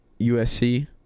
USC